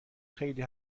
خیلی